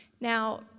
Now